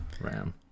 RAM